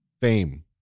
fame